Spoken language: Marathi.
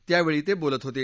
त्यावेळी ते बोलत होते